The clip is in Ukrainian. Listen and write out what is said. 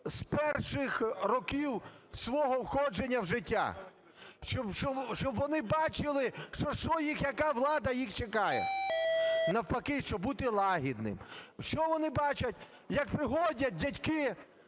з перших років свого входження в життя, щоб вони бачили, що яка влада їх чекає? Навпаки, щоб бути лагідним. Що вони бачать? Як приходять дядьки,